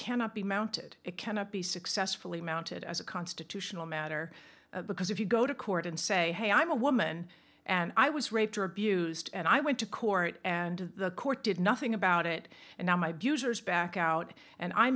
cannot be mounted it cannot be successfully mounted as a constitutional matter because if you go to court and say hey i'm a woman and i was raped or abused and i went to court and the court did nothing about it and now my views are back out and i